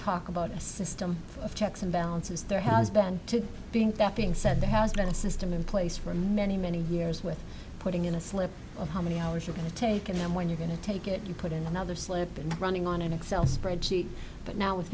talk about a system of checks and balances there has been to think that being said there has been a system in place for many many years with putting in a slip of how many hours you're going to take and when you're going to take it you put in another slab been running on an excel spreadsheet but now w